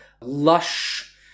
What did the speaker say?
lush